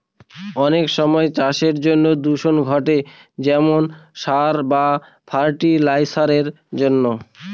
অনেক সময় চাষের জন্য দূষণ ঘটে যেমন সার বা ফার্টি লাইসারের জন্য